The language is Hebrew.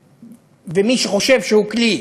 ומי שחושב שהוא כלי.